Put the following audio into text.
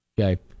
Okay